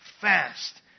fast